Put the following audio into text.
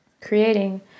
creating